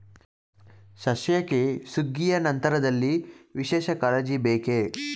ಸಸ್ಯಕ್ಕೆ ಸುಗ್ಗಿಯ ನಂತರದಲ್ಲಿ ವಿಶೇಷ ಕಾಳಜಿ ಬೇಕೇ?